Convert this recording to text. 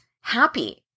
happy